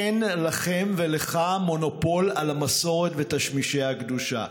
אין לכם ולך מונופול על המסורת ותשמישי הקדושה.